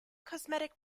cosmetic